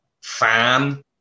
fan